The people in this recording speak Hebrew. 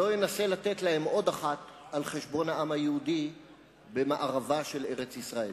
ולא ינסה לתת להם עוד אחת על-חשבון העם היהודי במערבה של ארץ-ישראל.